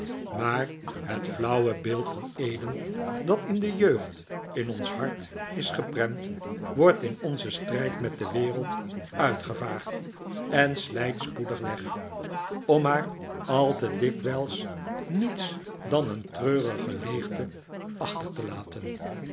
maar het flauwe beeld van eden dat in de jeugd in ons hart is geprent wordt in onzen strijd met de wereld uitgevaagd en slijt spoedig weg om maar al te dikwijls niets dan een treurige leegte achter te laten